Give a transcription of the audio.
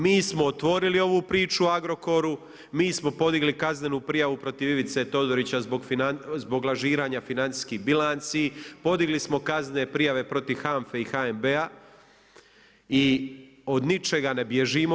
Mi smo otvorili ovu priču o Agrokoru, mi smo podigli kaznenu prijavu protiv Ivice Todorića zbog lažiranja financijskih bilanci, podigli smo kaznene prijave protiv HANFA-e i HNB-a i od ničega ne bježimo.